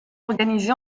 organisé